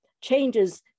changes